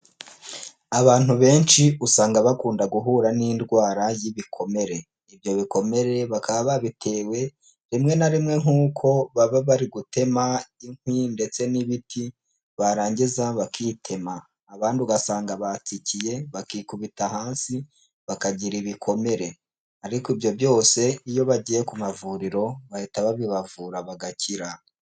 Abantu benshi usanga bakunda guhura n'indwara y'ibikomere, ibyo bikomere bakaba babitewe rimwe na rimwe nk'uko baba bari gutema inkwi ndetse n'ibiti, barangiza bakitema, abandi ugasanga batsikiye bikikubita hasi bakagira ibikomere ariko ibyo byose iyo bagiye ku mavuriro bahita babibavura bagakira.